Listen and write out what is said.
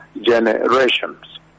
generations